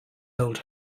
old